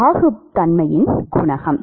மாணவர் பாகுத்தன்மையின் குணகம்